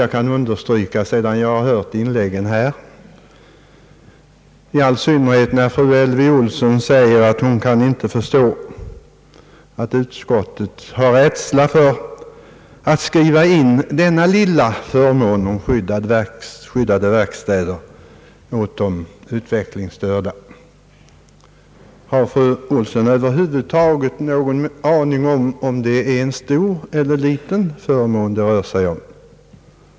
Detta kan jag understryka sedan jag hört inläggen här och i synnerhet efter fru Elvy Olssons yttrande att hon inte kan förstå utskottets rädsla för att skriva in denna lilla förmån om skyddade verkstäder åt de utvecklingsstörda. Har fru Olsson över huvud taget någon aning om huruvida det rör sig om en stor eller liten förmån?